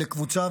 לקבוצה,